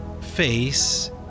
face